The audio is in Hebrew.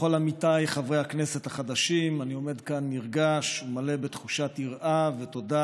ככל עמיתיי חברי הכנסת החדשים אני עומד כאן נרגש ומלא בתחושת יראה ותודה